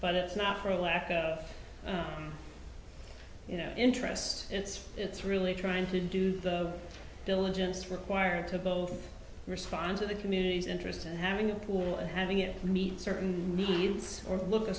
but it's not for lack of you know interest it's it's really trying to do the diligence required to both respond to the community's interests and having a pool and having it meet certain needs or look a